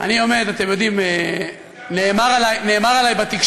אני עומד, אתם יודעים, נאמר עלי בתקשורת,